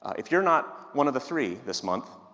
if you're not one of the three this month,